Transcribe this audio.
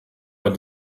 bei